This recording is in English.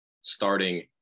starting